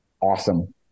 awesome